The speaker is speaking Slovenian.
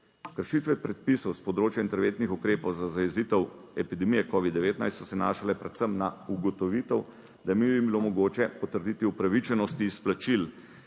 Kršitve predpisov s področja interventnih ukrepov za zajezitev epidemije covid-19 so se nanašale predvsem na ugotovitev, da bi bilo mogoče potrditi upravičenosti izplačil